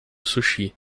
sushi